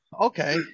okay